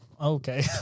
Okay